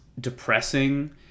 depressing